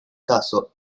caso